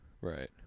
right